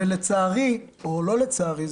ולצערי או לא לצערי,